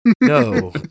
No